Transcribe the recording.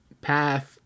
path